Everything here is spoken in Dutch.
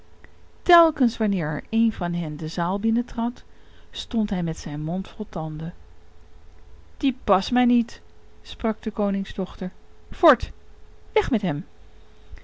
telkens wanneer er een van hen de zaal binnentrad stond hij met zijn mond vol tanden die past mij niet sprak de koningsdochter voort weg met hem